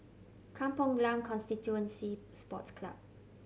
Kampong Glam Constituency Sports Club